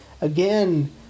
again